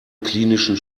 klinischen